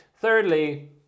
Thirdly